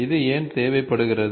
இது ஏன் தேவைப்படுகிறது